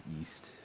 East